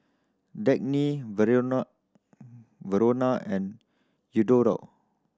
Dagny Verona and Eduardo